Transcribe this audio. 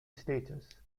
status